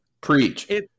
Preach